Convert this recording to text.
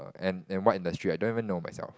and and what industry I don't even know myself